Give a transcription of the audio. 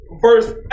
Verse